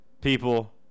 people